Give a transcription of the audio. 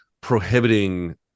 prohibiting